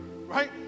right